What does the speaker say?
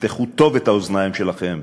תפתחו טוב את האוזניים שלכם,